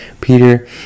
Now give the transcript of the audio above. Peter